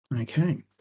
Okay